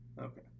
Okay